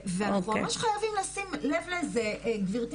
אנחנו ממש חייבים לשים לב לזה, גברתי